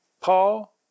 Paul